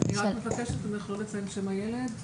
אני רק מבקשת לא לציין את שם הילד בבקשה.